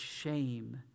shame